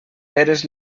peres